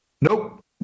Nope